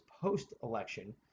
post-election